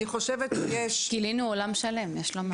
אני חושבת שיש --- גילינו עולם שלם, יש לומר.